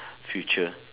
future